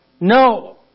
no